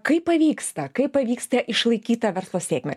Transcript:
kaip pavyksta kaip pavyksta išlaikyt tą verslo sėkmę